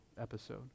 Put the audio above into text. episode